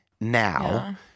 now